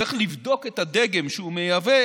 צריך לבדוק את הדגם שהוא מייבא